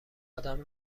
ادم